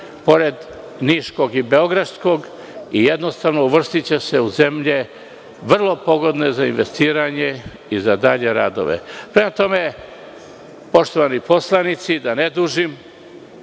pored niškog i beogradskog i uvrstiće se u zemlje vrlo pogodne za investiranje i za dalje radove. Poštovani poslanici, da ne dužim,